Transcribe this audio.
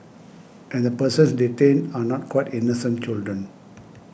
and the persons detained are not quite innocent children